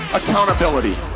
accountability